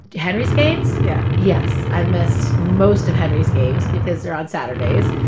henry's games? yeah yes, i've missed most of henry's games because they're on saturdays.